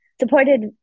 supported